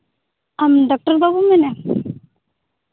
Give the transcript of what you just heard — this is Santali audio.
ᱟᱢ ᱰᱚᱠᱴᱚᱨ ᱵᱟᱹᱵᱩᱢ ᱢᱮᱱᱮᱜᱼᱟ